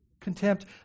contempt